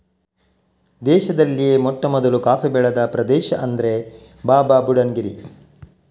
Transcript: ದೇಶದಲ್ಲಿಯೇ ಮೊಟ್ಟಮೊದಲು ಕಾಫಿ ಬೆಳೆದ ಪ್ರದೇಶ ಅಂದ್ರೆ ಬಾಬಾಬುಡನ್ ಗಿರಿ